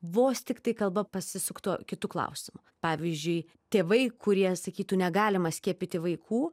vos tiktai kalba pasisuktų kitu klausimu pavyzdžiui tėvai kurie sakytų negalima skiepyti vaikų